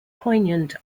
poignant